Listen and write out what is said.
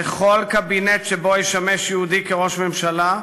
בכל קבינט שבו ישמש יהודי כראש ממשלה,